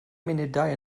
munudau